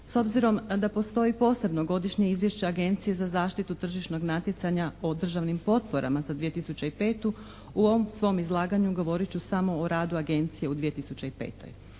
S obzirom da postoji posebno godišnje izvješće Agencije za zaštitu tržišnog natjecanja o državnim potporama za 2005. u ovom svom izlaganju govorit ću samo o radu Agencije u 2005.